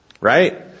right